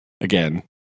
again